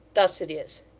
thus it is.